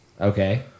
Okay